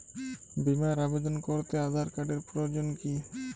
বিমার আবেদন করতে আধার কার্ডের প্রয়োজন কি?